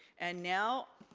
and now,